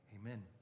amen